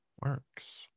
works